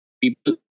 people